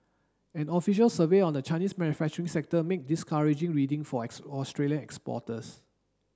an official survey on the Chinese manufacturing sector made discouraging reading for Australian exporters